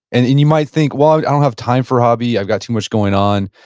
and and you might think, well, i don't have time for hobby, i got too much going on.